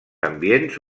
ambients